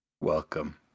Welcome